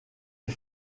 est